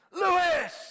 Lewis